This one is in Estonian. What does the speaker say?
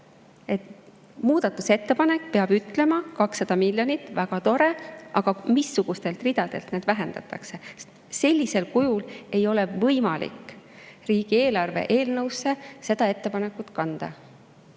Muudatusettepanek peab ütlema – 200 miljonit, väga tore –, missugustelt ridadelt [raha] vähendatakse. Sellisel kujul ei ole võimalik riigieelarve eelnõusse seda ettepanekut kanda.